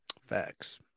Facts